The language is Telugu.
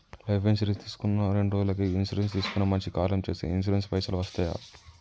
లైఫ్ ఇన్సూరెన్స్ తీసుకున్న రెండ్రోజులకి ఇన్సూరెన్స్ తీసుకున్న మనిషి కాలం చేస్తే ఇన్సూరెన్స్ పైసల్ వస్తయా?